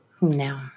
No